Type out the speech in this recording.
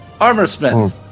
Armorsmith